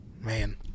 Man